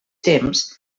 temps